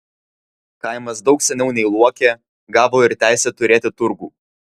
kaimas daug seniau nei luokė gavo ir teisę turėti turgų